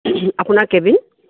আপোনাৰ কেবিন